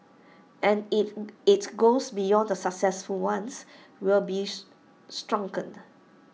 and if IT goes beyond the successful ones we'll be shrunken